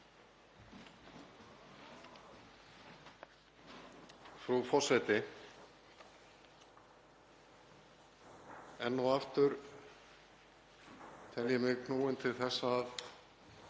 Frú forseti. Enn og aftur tel ég mig knúinn til þess að